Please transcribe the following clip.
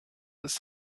ist